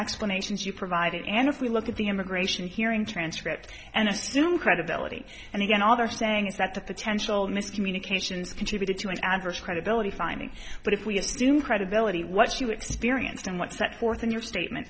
explanations you provided and if we look at the immigration hearing transcript and assume credibility and again all they're saying is that the potential miscommunications contributed to an adverse credibility finding but if we assume credibility what you experienced and what set forth in your statement